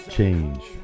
Change